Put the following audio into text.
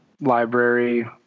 library